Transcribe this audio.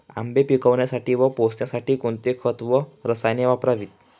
आंबे पिकवण्यासाठी व पोसण्यासाठी कोणते खत व रसायने वापरावीत?